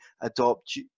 adopt